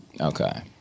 okay